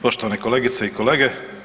Poštovane kolegice i kolege.